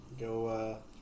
Go